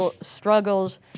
struggles